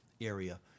area